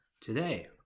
Today